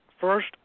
first